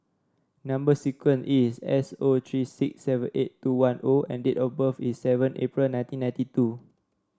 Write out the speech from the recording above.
number sequence is S O three six seven eight two one O and date of birth is seven April nineteen ninety two